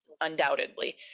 undoubtedly